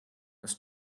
kas